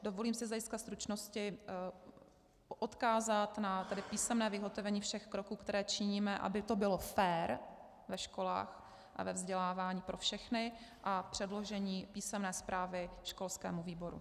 Dovolím si z hlediska stručnosti odkázat na písemné vyhotovení všech kroků, které činíme, aby to bylo fér ve školách a ve vzdělávání pro všechny, a předložení písemné zprávy školskému výboru.